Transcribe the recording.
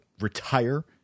retire